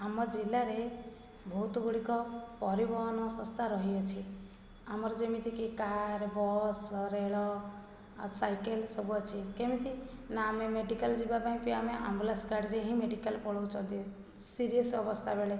ଆମ ଜିଲ୍ଲାରେ ବହୁତ ଗୁଡ଼ିକ ପରିବହନ ସଂସ୍ଥା ରହିଅଛି ଆମର ଯେମିତି କି କାର୍ ବସ୍ ରେଳ ଆଉ ସାଇକେଲ ସବୁ ଅଛି କେମିତି ନା ଆମେ ମେଡ଼ିକାଲ ଯିବାପାଇଁ ବି ଆମେ ଆମ୍ବୁଲାନ୍ସ ଗାଡ଼ିରେ ହିଁ ମେଡ଼ିକାଲ ପଳାଉଛନ୍ତି ସିରିୟସ୍ ଅବସ୍ଥା ବେଳେ